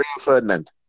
Ferdinand